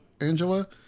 angela